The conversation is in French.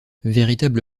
véritable